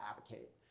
advocate